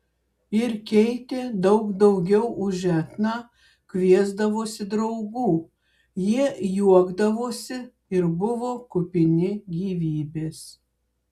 ir keitė daug daugiau už etną kviesdavosi draugų jie juokdavosi ir buvo kupini gyvybės